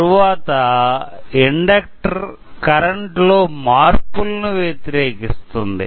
తరువాత inductor current లో మార్పులను వ్యతిరేకిస్తుంది